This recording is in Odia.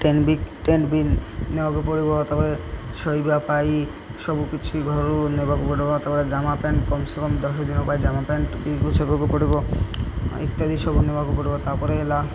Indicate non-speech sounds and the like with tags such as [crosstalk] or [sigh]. ଟେଣ୍ଟ୍ବି ଟେଣ୍ଟ୍ବି ନେବାକୁ ପଡ଼ିବ ତା'ପରେ ଶୋଇବା ପାଇଁ ସବୁକିଛି ଘରୁ ନେବାକୁ ପଡ଼ିବ ତା'ପରେ ଜାମା ପେଣ୍ଟ୍ କମ୍ସେ କମ୍ ଦଶ ଦିନ ପାଇଁ ଜାମା ପେଣ୍ଟ୍ [unintelligible] ବାକୁ ପଡ଼ିବ ଇତ୍ୟାଦି ସବୁ ନେବାକୁ ପଡ଼ିବ ତା'ପରେ ହେଲା